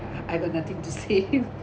I got nothing to say